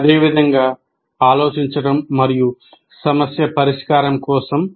అదేవిధంగా ఆలోచించడం మరియు సమస్య పరిష్కారం కోసం